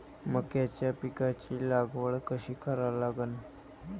मक्याच्या पिकाची लागवड कशी करा लागन?